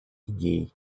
идей